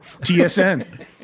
TSN